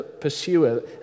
pursuer